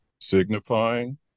signifying